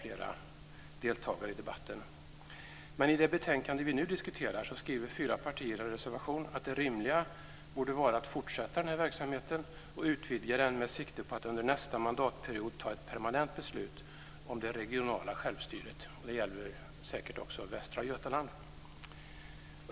I det betänkande som vi nu diskuterar säger fyra partier i en reservation att det rimliga borde vara att fortsätta med den här verksamheten och att utvidga den med sikte på att under nästa mandatperiod fatta ett permanent beslut om det regionala självstyret - det gäller säkert också Västra Götaland.